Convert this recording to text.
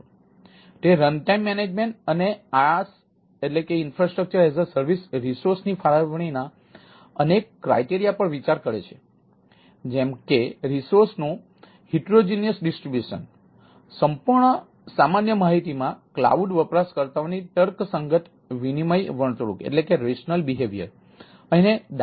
તેથી તે runtime management વગેરે